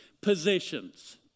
positions